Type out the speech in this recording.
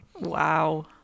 Wow